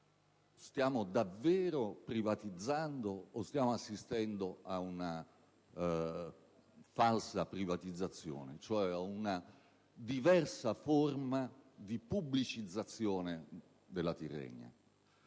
stiamo davvero privatizzando, o stiamo assistendo a una falsa privatizzazione, cioè a una diversa forma di pubblicizzazione della Tirrenia?